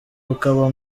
rukaba